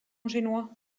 génois